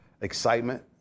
excitement